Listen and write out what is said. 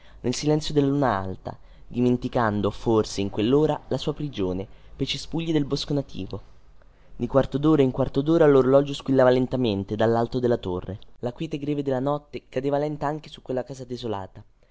nel silenzio della luna alta dimenticando forse in quellora la sua prigione pei cespugli del bosco nativo di quarto dora in quarto dora lorologio squillava lentamente dallalto della torre la quiete greve della notte cadeva lenta anche su quella casa desolata